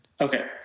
Okay